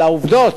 על העובדות,